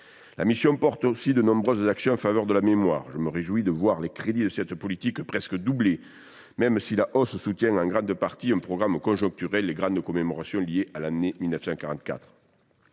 La mission comporte aussi de nombreuses actions en faveur de la mémoire. Je me réjouis de voir les crédits de cette politique presque doubler, même si la hausse soutient en grande partie un programme conjoncturel : les grandes commémorations liées à l’année 1944.